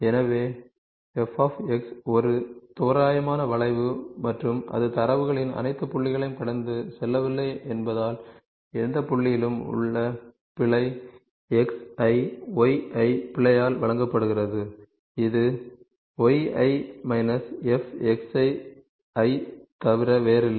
எனவே f ஒரு தோராயமான வளைவு மற்றும் அது தரவுகளின் அனைத்து புள்ளிகளையும் கடந்து செல்லவில்லை என்பதால் எந்த புள்ளியிலும் உள்ள பிழை xi yi பிழையால் வழங்கப்படுகிறது இது yi f தவிர வேறில்லை